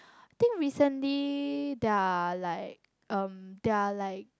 think recently there are like um there are like